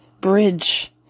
bridge